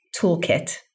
toolkit